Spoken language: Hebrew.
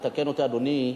יתקן אותי אדוני,